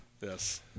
yes